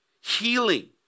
healing